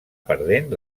perdent